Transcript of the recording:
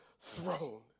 throne